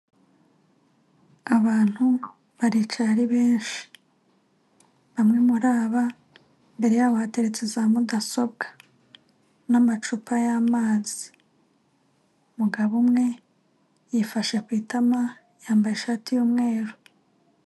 Abantu baricaye ari benshi, bamwe muri aba imbere yabo hateretse za mudasobwa n'amacupa y'amazi, umugabo umwe yifashe ku itama yambaye ishati y'umweru.